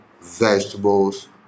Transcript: vegetables